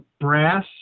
brass